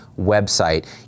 website